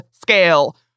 scale